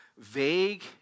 Vague